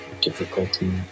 difficulty